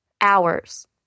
hours